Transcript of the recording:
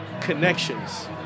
connections